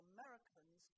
Americans